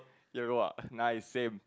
yellow ah nice same